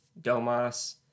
Domas